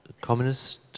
communist